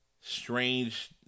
strange